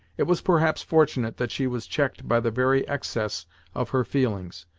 it was perhaps fortunate that she was checked by the very excess of her feelings,